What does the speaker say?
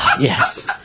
Yes